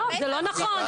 לא זה לא נכון,